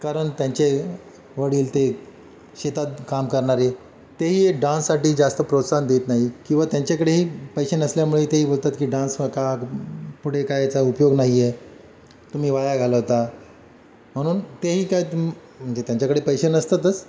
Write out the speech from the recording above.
कारण त्यांचे वडील ते शेतात काम करणारे तेही डान्ससाठी जास्त प्रोत्साहन देत नाही किंवा त्यांच्याकडेही पैसे नसल्यामुळे तेही बोलतात की डान्स का पुढे काय याचा उपयोग नाही आहे तुम्ही वाया घालवता म्हणून तेही काय म्हणजे त्यांच्याकडे पैसे नसतातच